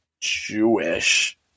Jewish